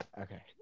Okay